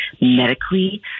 medically